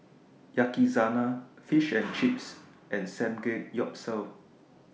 Yakizakana Fish and Chips and Samgeyopsal